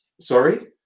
Sorry